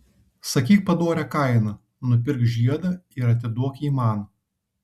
sakyk padorią kainą nupirk žiedą ir atiduok jį man